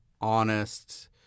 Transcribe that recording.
honest